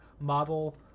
model